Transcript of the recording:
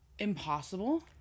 Impossible